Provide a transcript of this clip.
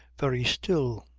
very still,